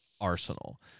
Arsenal